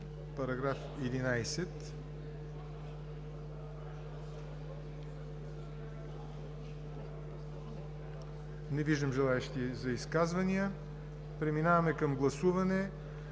на § 11? Не виждам желаещи за изказвания. Преминаваме към гласуване